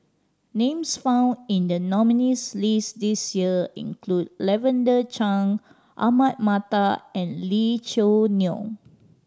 names found in the nominees' list this year include Lavender Chang Ahmad Mattar and Lee Choo Neo